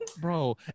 Bro